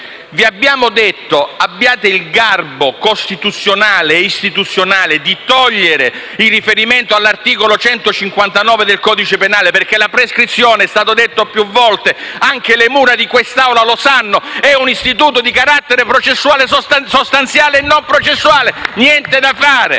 Vi abbiamo detto: abbiate il garbo costituzionale e istituzionale di togliere il riferimento all'articolo 159 del codice penale, perché la prescrizione - è stato detto più volte e anche le mura di quest'Aula lo sanno - è un istituto di carattere sostanziale e non processuale. *(Applausi